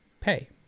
pay